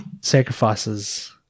sacrifices